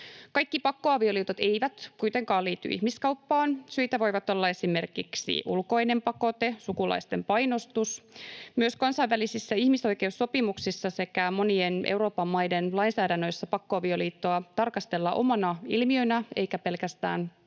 Kaikki pakkoavioliitot eivät kuitenkaan liity ihmiskauppaan. Syitä voivat olla esimerkiksi ulkoinen pakote, sukulaisten painostus. Myös kansainvälisissä ihmisoikeussopimuksissa sekä monien Euroopan maiden lainsäädännöissä pakkoavioliittoa tarkastellaan omana ilmiönään eikä pelkästään koskien